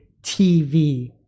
TV